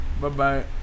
Bye-bye